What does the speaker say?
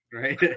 right